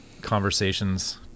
conversations